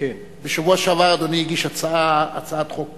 בשבוע שעבר אדוני הגיש הצעת חוק פרטית,